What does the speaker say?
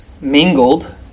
mingled